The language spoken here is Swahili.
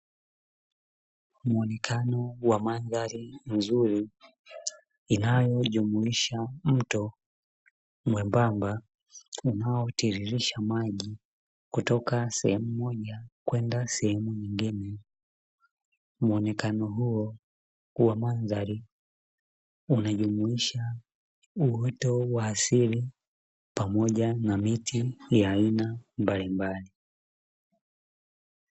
Muonekano wa mandhari nzuri inayojumuisha mto mwembamba unaotiririsha maji kutoka sehemu moja kwenda sehemu nyingine. Muonekano huo wa mandhari unajumuisha uoto wa asili pamoja na miti ya aina mbalimbali.